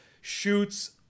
shoots